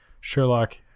Sherlock